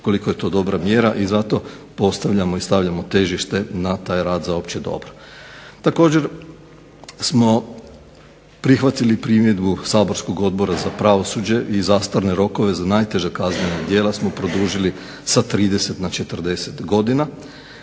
koliko je to dobra mjera. I zato postavljamo i stavljamo težište na taj rad za opće dobro. Također smo prihvatili primjedbu saborskog Odbora za pravosuđe i zastarne rokove za najteža kaznena djela smo produžili sa 30 na 40 godina.